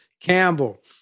Campbell